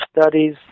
studies